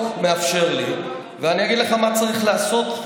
מאפשר לי ואני אגיד לך מה צריך לעשות.